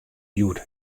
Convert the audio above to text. hjoed